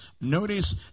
Notice